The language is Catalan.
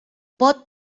pot